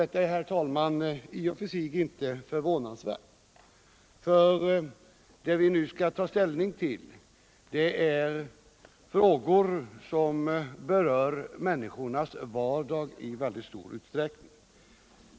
Detta är, herr talman, i och för sig inte förvånansvärt, ty det vi nu skall ta ställning till är frågor som i mycket stor utsträckning berör människornas vardag.